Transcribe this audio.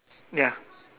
ya